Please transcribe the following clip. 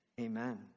amen